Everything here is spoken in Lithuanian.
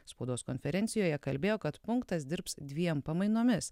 spaudos konferencijoje kalbėjo kad punktas dirbs dviem pamainomis